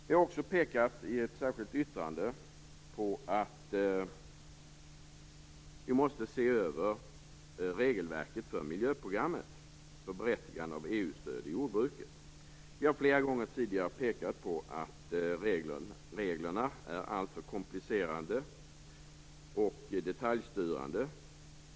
Vi har också, i ett särskilt yttrande, pekat på att vi måste se över regelverket för miljöprogrammet för berättigande av EU-stöd i jordbruket. Vi har flera gånger tidigare pekat på att reglerna är alltför komplicerade och detaljerade.